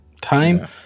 time